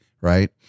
right